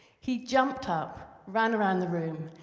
he jumped up, ran around the room,